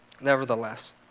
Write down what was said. Nevertheless